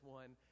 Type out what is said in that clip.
one